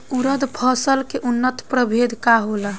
उरद फसल के उन्नत प्रभेद का होला?